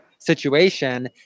situation